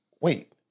wait